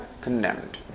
condemned